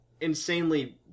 insanely